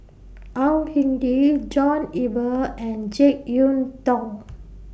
Au Hing Yee John Eber and Jek Yeun Thong